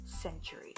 century